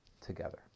together